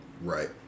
Right